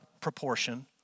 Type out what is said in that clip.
proportion